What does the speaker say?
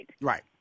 Right